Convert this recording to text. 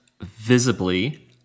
visibly